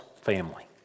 family